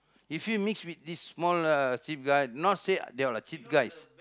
if you mix with this small uh cheap guys not say they all are cheap guys